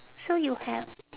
so you have